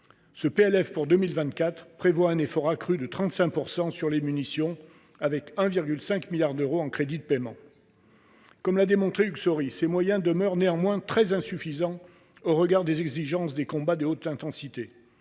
Le PLF pour 2024 prévoit un effort accru de 35 % sur les munitions, soit 1,5 milliard d’euros en crédits de paiement. Comme l’a démontré Hugues Saury, ces moyens demeurent néanmoins très insuffisants au regard des exigences des combats de haute intensité.